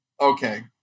Okay